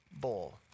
bowl